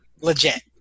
Legit